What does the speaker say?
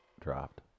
dropped